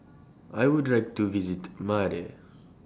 I Would like to visit Male